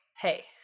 hey